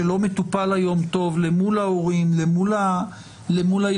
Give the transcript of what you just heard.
שלא מטופל היום טוב מול ההורים ומול הילדים.